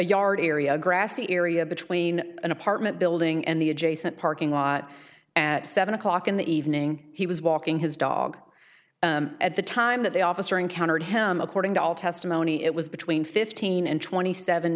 yard area grassy area between an apartment building and the adjacent parking lot at seven o'clock in the evening he was walking his dog at the time that the officer encountered him according to all testimony it was between fifteen and twenty seven